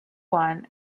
one